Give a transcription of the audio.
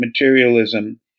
materialism